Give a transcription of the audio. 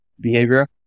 behavior